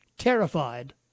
Terrified